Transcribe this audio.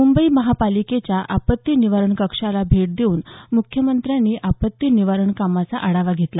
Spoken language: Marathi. मुंबई महापालिकेच्या आपत्ती निवारण कक्षाला भेट देऊन मुख्यमंत्र्यांनी आपत्ती निवारण कामाचा आढावा घेतला